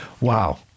Wow